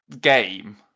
game